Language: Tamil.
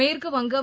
மேற்குவங்கம்